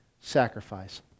sacrifice